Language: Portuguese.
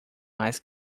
mas